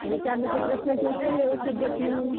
विचारले की प्रश्नांची उत्तरंही व्यवस्थित देत नाही